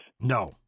No